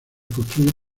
construir